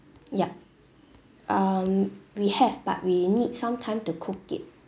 yup um we have but we need some time to cook it